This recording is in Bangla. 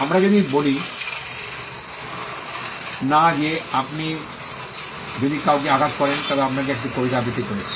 আমরা যদি বলি না যে আপনি যদি কাউকে আঘাত করেন তবে আপনাকে একটি কবিতা আবৃত্তি করছে